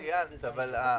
סליחה?